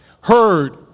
heard